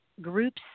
groups